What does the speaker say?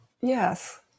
Yes